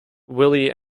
willie